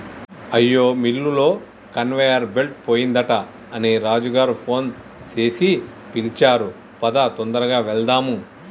అయ్యా మిల్లులో conveyor belt పోయిందట అని రాజు గారు ఫోన్ సేసి పిలిచారు పదా తొందరగా వెళ్దాము